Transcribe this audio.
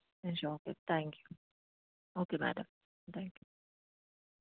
మీరు షాప్కి thank you okay madam thank you